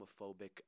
homophobic